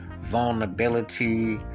vulnerability